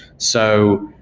so,